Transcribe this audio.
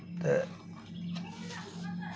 ते